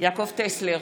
יעקב טסלר,